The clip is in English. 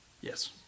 Yes